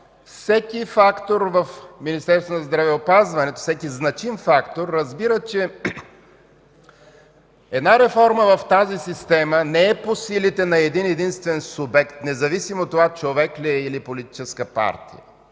значим фактор в Министерството на здравеопазването разбира, че една реформа в тази система не е по силите на един-единствен субект, независимо дали е човек, или политическа партия.